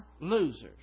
losers